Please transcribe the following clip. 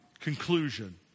conclusion